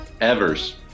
Evers